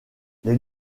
les